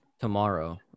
tomorrow